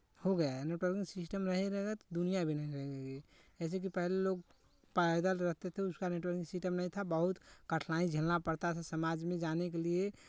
हो गया है नेटवर्किंग सिस्टम नहीं रहेगा तो दुनियाँ भी नहीं रहेगी जैसे कि पहले लोग पैदल रहते थे उसका नेटवर्किंग सिस्टम नहीं था बहुत कठिनाई झेलना पड़ता था समाज में जाने के लिए